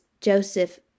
Joseph